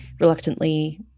reluctantly